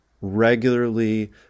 regularly